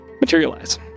materialize